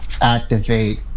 activate